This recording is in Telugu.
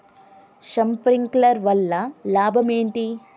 శప్రింక్లర్ వల్ల లాభం ఏంటి?